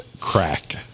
crack